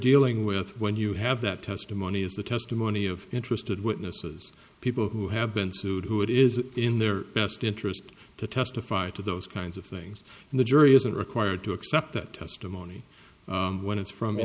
dealing with when you have that testimony is the testimony of interested witnesses people who have been sued who it is in their best interest to testify to those kinds of things and the jury isn't required to accept that testimony when it's from